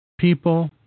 People